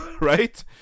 right